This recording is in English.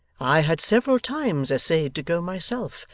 i had several times essayed to go myself,